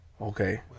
Okay